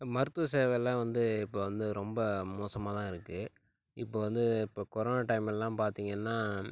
மருத்துவ சேவைலாம் வந்து இப்போ வந்து ரொம்ப மோசமாக தான் இருக்குது இப்போ வந்து இப்போ கொரோனா டைம்லலாம் பார்த்திங்கன்னா